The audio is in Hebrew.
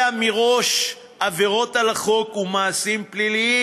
מראש מעשיית עבירות על החוק ומעשים פליליים?